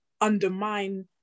undermine